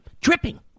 Dripping